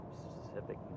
specific